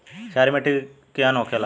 क्षारीय मिट्टी केहन होखेला?